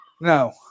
No